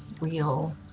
real